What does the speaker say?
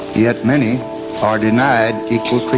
yet many are denied equal